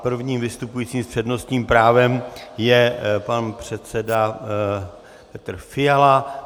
Prvním vystupujícím s přednostním právem je pan předseda Petr Fiala.